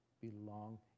belong